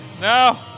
No